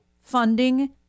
funding